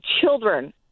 children